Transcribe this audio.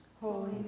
Holy